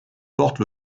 porte